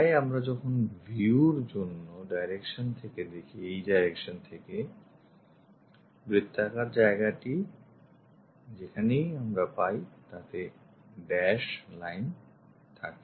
তাই আমরা যখন view র জন্য এই direction থেকে দেখি বৃত্তাকার জায়গাটি যেখানেই আমরা পাই তাতে dash দেওয়া line থাকে